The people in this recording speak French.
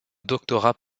doctorat